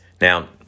Now